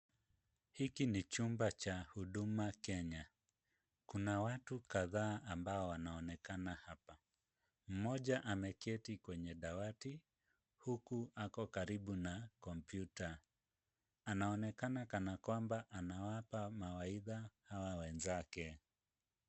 Hiki ni chumba cha Huduma Kenya, kuna watu kadhaa ambao wanaonekana hapa. Mmoja ameketi kwenye dawati huku ako karibu na kompyuta. Anaonekana kana kwamba anawapa mawaidha hawa wenzake.